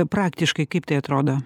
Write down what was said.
praktiškai kaip tai atrodo